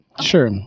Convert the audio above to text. Sure